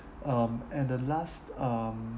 um and the last um